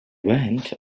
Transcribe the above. went